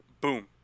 boom